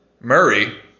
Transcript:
Murray